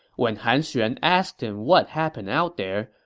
when han xuan asked him what happened out there,